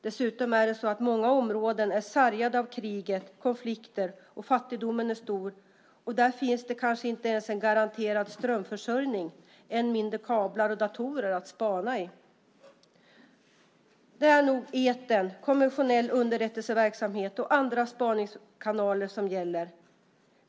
Dessutom är det många områden som är sargade av krig och konflikter och där fattigdomen är stor, och där finns kanske inte ens en garanterad strömförsörjning, än mindre kablar och datorer att använda för spaning. Där är det nog etern, konventionell underrättelseverksamhet och andra spaningskanaler som gäller.